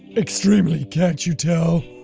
extremely. can't you tell?